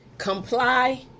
comply